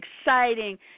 exciting